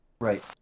Right